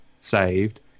saved